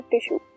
tissue